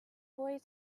boy